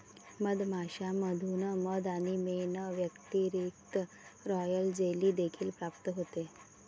मधमाश्यांमधून मध आणि मेण व्यतिरिक्त, रॉयल जेली देखील प्राप्त होते